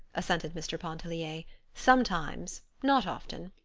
assented mr. pontellier sometimes, not often.